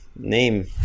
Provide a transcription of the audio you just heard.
name